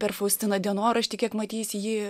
per faustiną dienorašty kiek matysi jį